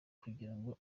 kugirango